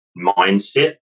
mindset